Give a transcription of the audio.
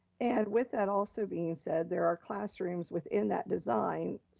and with that also being said, there are classrooms within that design,